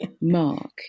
Mark